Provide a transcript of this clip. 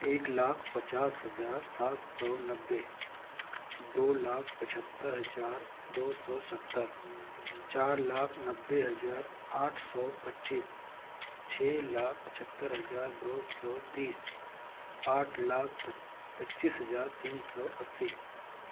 एक लाख पचास हजार सात सौ नब्बे दो लाख पचहत्तर हजार दो सौ सत्तर चार लाख नब्बे हजार आठ सौ पच्चीस छ लाख पचहत्तर हजार दो सौ तीस आठ लाख पच पच्चीस हजार तीन सौ अस्सी